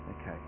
okay